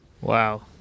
Wow